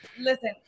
Listen